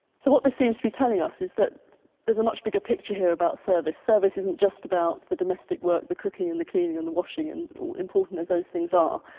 so what this seems to be telling us is that there's a much bigger picture here about service. service isn't just about the domestic work, the cooking and the cleaning and the washing, and important as those things are,